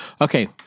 Okay